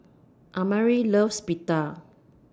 Amare loves Pita